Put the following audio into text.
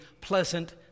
pleasant